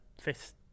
fifth